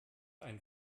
ein